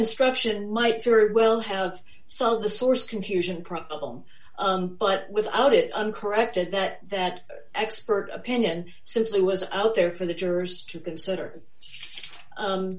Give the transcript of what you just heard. instruction might very well have sold the source of confusion problem but without it uncorrected that that expert opinion simply was out there for the jurors to consider